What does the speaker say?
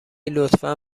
لطفا